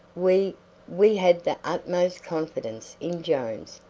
we we had the utmost confidence in jones.